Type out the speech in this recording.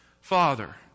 father